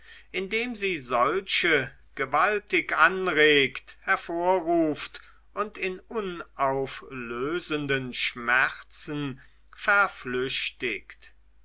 indem sie solche gewaltig anregt hervorruft und in auflösenden schmerzen verflüchtigt